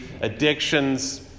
addictions